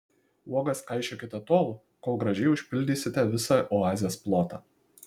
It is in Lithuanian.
uogas kaišiokite tol kol gražiai užpildysite visą oazės plotą